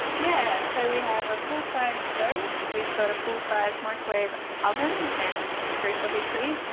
yeah, so we have a full size stone we've got a full size microwave and oven and afraid to be asleep.